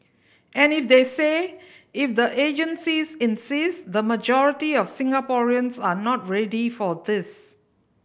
and if they say if the agencies insist the majority of Singaporeans are not ready for this